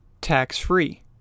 tax-free